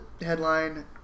headline